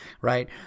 right